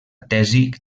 tesi